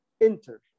enter